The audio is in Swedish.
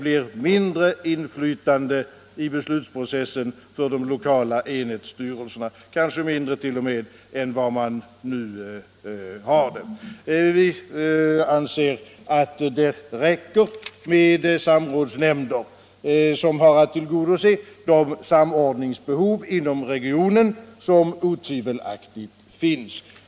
m. blir mindre inflytande i beslutsprocessen för de lokala enhetsstyrelserna än vad de nu har. Vi anser att det räcker med de samrådsnämnder som har att tillgodose de samordningsbehov inom regionen som otvivelaktigt finns.